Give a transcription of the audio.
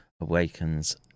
awakens